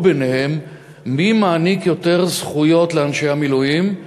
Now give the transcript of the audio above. ביניהן מי מעניק יותר זכויות לאנשי המילואים,